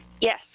Yes